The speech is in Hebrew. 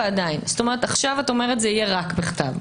עכשיו את אומרת שזה יהיה רק בכתב,